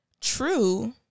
true